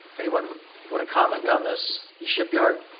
anyone wanna comment on this, shipyard?